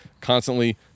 constantly